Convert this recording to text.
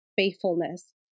faithfulness